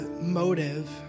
motive